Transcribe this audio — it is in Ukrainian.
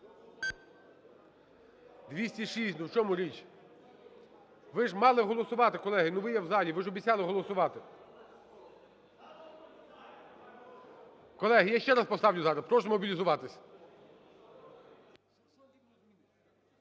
За-206 Ну в чому річ? Ви ж мали голосувати, колеги. Ну, ви є в залі, ви ж обіцяли голосувати. Колеги, я ще раз поставлю зараз. Прошу змобілізуватися.